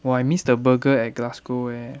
!wah! I miss the burger at glasgow eh